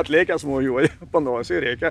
atlėkęs mojuoja panosėj rėkia